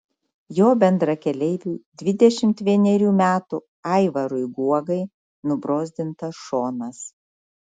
jo bendrakeleiviui dvidešimt vienerių metų aivarui guogai nubrozdintas šonas